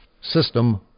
system